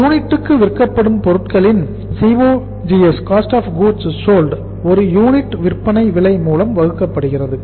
ஒரு யூனிட்டுக்கு விற்கப்படும் பொருட்களின் COGS செலவு ஒரு யூனிட் விற்பனை விலை மூலம் வகுக்கப்படுகிறது